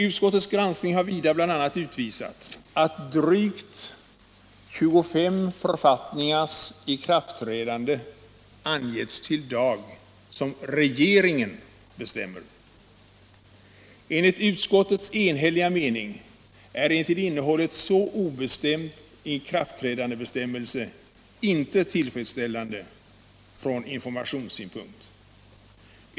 Utskottets granskning har vidare bl.a. utvisat att drygt 25 författningars ikraftträdande angetts till dag som regeringen bestämmer. Enligt konstitutionsutskottets enhälliga mening är en till innehållet så obestämd ikraftträdandebestämmelse inte tillfredsställande från informationssynpunkt.